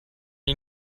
you